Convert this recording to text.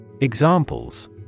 Examples